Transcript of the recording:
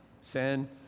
Sin